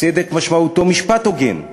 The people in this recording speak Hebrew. צדק משמעותו משפט הוגן,